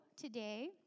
today